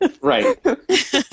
Right